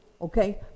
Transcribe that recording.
okay